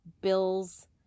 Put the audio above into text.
bills